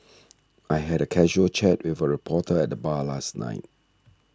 I had a casual chat with a reporter at the bar last night